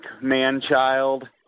man-child